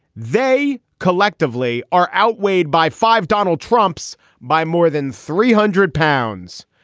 they collectively are outweighed by five. donald trump's by more than three hundred pounds.